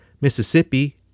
Mississippi